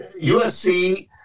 USC